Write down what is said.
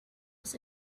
was